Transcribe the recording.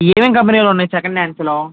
ఏమేమి కంపెనీలు ఉన్నాయి సెకండ్ హ్యాండ్స్లో